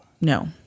No